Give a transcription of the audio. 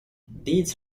deeds